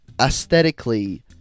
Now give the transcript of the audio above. aesthetically